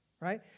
right